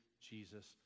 Jesus